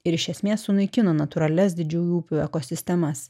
ir iš esmės sunaikino natūralias didžiųjų upių ekosistemas